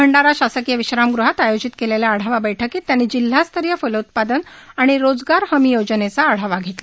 भंडारा शासकीय विश्रामग़हात आयोजित केलेल्या आढावा बैठकीत त्यांनी जिल्हास्तरीय फलोत्पादन व रोजगार हमी योजनेचा आढावा घेतला